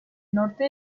norte